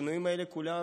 כולם יודעים,